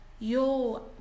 Yo